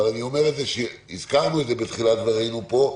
אבל הזכרנו את זה בתחילת דברנו פה.